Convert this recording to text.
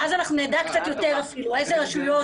ואז נדע יותר אפילו אילו רשויות,